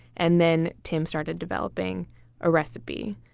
and then tim started developing a recipe.